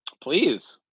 Please